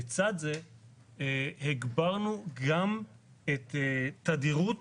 לצד זה הגברנו גם את תדירות